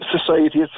society